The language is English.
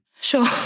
Sure